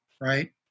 right